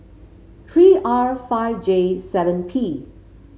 three R five J seven P